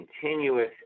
continuous